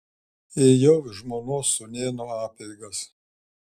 ėjau į žmonos sūnėno apeigas